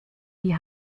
die